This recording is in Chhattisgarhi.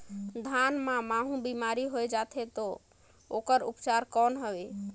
धान मां महू बीमारी होय जाथे तो ओकर उपचार कौन हवे?